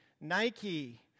Nike